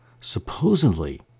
Supposedly